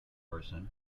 person